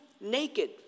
naked